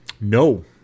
no